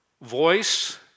voice